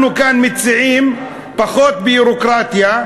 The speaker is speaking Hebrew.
אנחנו מציעים כאן פחות ביורוקרטיה,